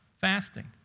fasting